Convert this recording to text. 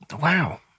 Wow